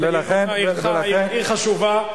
עירך היא עיר חשובה,